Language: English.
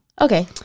Okay